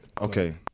okay